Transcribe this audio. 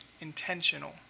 intentional